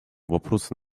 вопросу